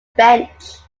bench